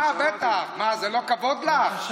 מה, זה לא כבוד לך?